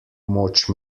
moč